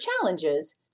challenges